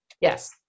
Yes